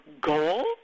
goal